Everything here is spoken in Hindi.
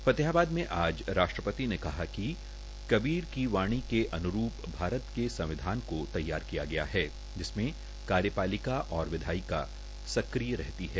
फतेहाबाद म आज रा प त ने कहा क कबीरदास क वाणी के अनुभव भारत के सं वधान को तैयार कया गया है जिसम कायपा लका और वधा यका स य रहती है